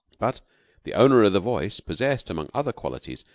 but the owner of the voice possessed, among other qualities,